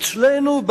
אצלנו,